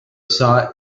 saw